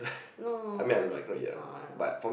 no oh not